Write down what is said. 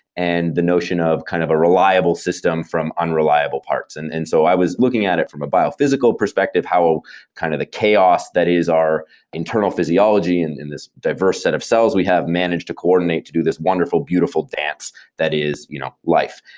and the notion of kind of a reliable system from unreliable parts. and and so i was looking at it from a biophysical perspective, how kind of the chaos that is our internal physiology and in this diverse set of cells we have managed to coordinate to this wonderful, beautiful dance that is you know life.